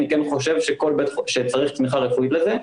אני כן חושב שצריך תמיכה רפואית לזה,